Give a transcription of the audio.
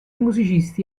musicisti